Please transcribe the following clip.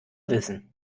wissen